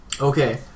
Okay